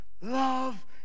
love